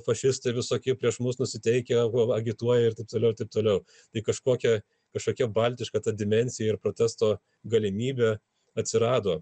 fašistai visokie prieš mus nusiteikę agituoja ir taip toliau ir taip toliau tai kažkokia kažkokia baltiška ta dimensija ir protesto galimybė atsirado